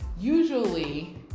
usually